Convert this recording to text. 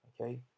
okay